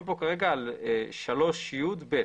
3י(ב).